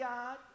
God